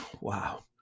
Wow